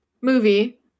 movie